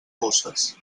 puces